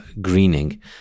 greening